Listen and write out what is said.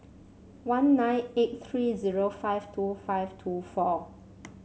one nine eight three zero five two five two four